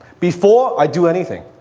before i do anything!